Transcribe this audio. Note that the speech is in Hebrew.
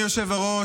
תודה רבה.